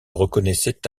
reconnaissait